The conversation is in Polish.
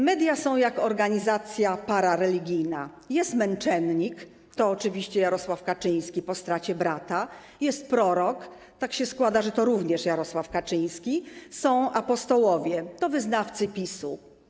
Media są jak organizacja parareligijna, jest męczennik, to oczywiście Jarosław Kaczyński po stracie brata, jest prorok, tak się składa, że to również Jarosław Kaczyński, są apostołowie, to wyznawcy PiS.